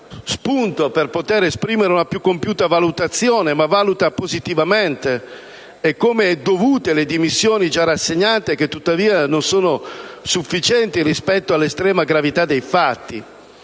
spunto per poter esprimere una più compiuta valutazione, ma giudica positivamente e come dovute le dimissioni già rassegnate, che tuttavia non sono sufficienti rispetto all'estrema gravità dei fatti.